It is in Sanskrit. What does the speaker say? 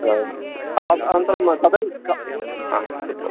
अनन्तरं तदानीं क हा